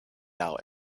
out